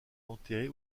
enterrés